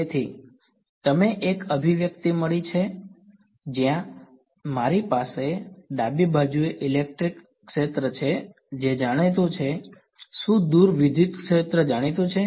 તેથી અમને એક અભિવ્યક્તિ મળી છે જ્યાં મારી પાસે ડાબી બાજુએ ઇલેક્ટ્રિક ક્ષેત્ર છે તે જાણીતું છે શું દુર વિદ્યુત ક્ષેત્ર જાણીતું છે